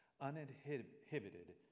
uninhibited